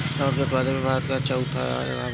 रबड़ के उत्पादन में भारत कअ चउथा जगह बाटे